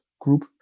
group